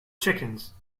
chickens